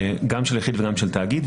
גם של יחיד ו גם של תאגיד,